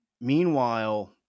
meanwhile